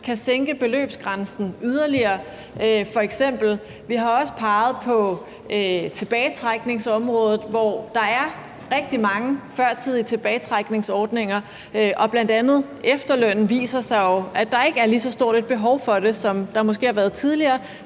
kan sænke beløbsgrænsen yderligere. Vi har også peget på tilbagetrækningsområdet, hvor der er rigtig mange førtidige tilbagetrækningsordninger, og bl.a. efterlønnen viser jo, at der ikke er et lige så stort behov for det, som der måske har været tidligere,